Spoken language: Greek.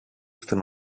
στην